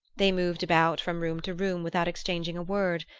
they moved about from room to room without exchanging a word.